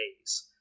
days